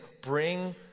Bring